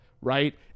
right